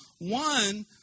One